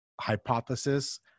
hypothesis